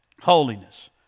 holiness